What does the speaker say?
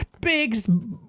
big